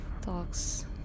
talks